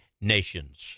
nations